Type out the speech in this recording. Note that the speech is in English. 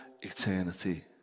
eternity